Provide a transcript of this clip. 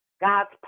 God's